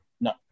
No